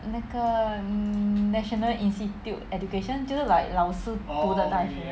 那个 national institute education 就是 like 老师读的大学